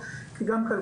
גם של